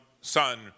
son